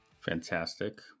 Fantastic